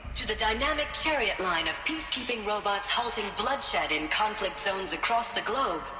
to the dynamic chariot line of peacekeeping robots halting bloodshed in conflict zones across the globe.